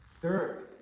Third